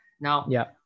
Now